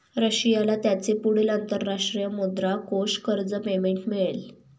रशियाला त्याचे पुढील अंतरराष्ट्रीय मुद्रा कोष कर्ज पेमेंट मिळेल